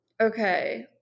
Okay